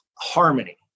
harmony